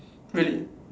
really